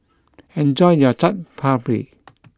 enjoy your Chaat Papri